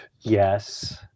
yes